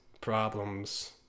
problems